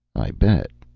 i bet,